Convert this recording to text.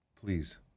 please